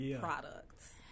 products